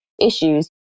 issues